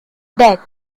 death